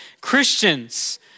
Christians